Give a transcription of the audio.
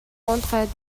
contrats